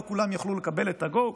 לא כולם יוכלו לקבל את ה-go,